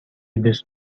these